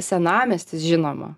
senamiestis žinoma